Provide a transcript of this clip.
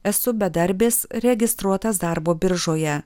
esu bedarbis registruotas darbo biržoje